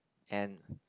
and